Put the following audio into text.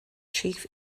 chief